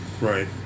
Right